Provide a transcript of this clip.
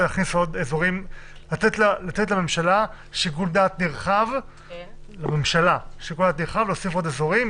לתת לממשלה שיקול דעת נרחב להוסיף אזורים.